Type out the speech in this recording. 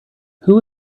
who